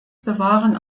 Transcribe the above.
bewahren